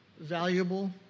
valuable